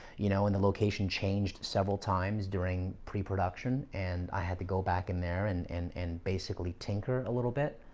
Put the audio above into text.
you know and the location changed several times during pre-production and i had to go back in there and and and basically tinker a little bit